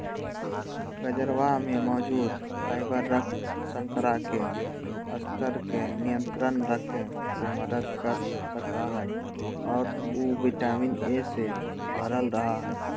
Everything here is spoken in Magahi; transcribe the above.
गजरवा में मौजूद फाइबर रक्त शर्करा के स्तर के नियंत्रण रखे में मदद कर सका हई और उ विटामिन ए से भरल रहा हई